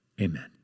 Amen